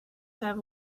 have